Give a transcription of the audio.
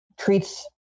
treats